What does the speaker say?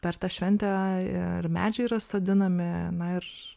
per tą šventę ir medžiai yra sodinami na ir